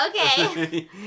Okay